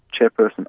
chairperson